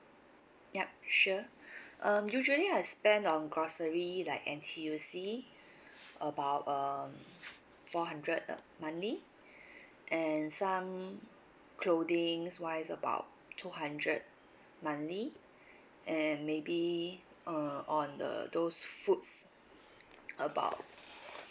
ya sure um usually I spend on grocery like N_T_U_C about um one hundred uh monthly and some clothings wise about two hundred monthly and maybe uh on the those foods about